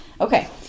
Okay